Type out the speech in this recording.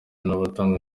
n’abatanga